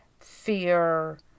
fear